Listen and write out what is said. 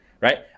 right